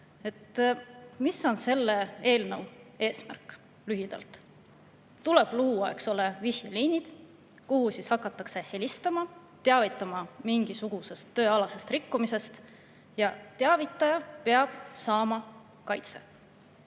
on selle eelnõu eesmärk? Lühidalt, tuleb luua, eks ole, vihjeliinid, kuhu hakatakse helistama, teavitama mingisugusest tööalasest rikkumisest, ja teavitaja peab saama kaitset.